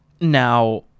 now